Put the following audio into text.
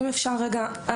אם אפשר אז אשמח רגע לענות,